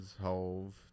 hove